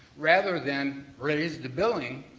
rather than raise the billing.